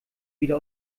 wieder